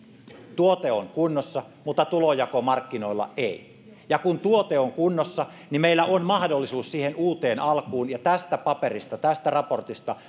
tuote on kunnossa mutta tulonjako markkinoilla ei ja kun tuote on kunnossa niin meillä on mahdollisuus siihen uuteen alkuun ja tästä paperista tästä raportista